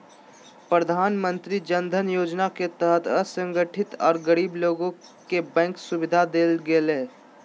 प्रधानमंत्री जन धन योजना के तहत असंगठित आर गरीब लोग के बैंक सुविधा देल जा हई